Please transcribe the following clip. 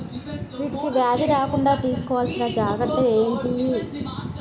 వీటికి వ్యాధి రాకుండా తీసుకోవాల్సిన జాగ్రత్తలు ఏంటియి?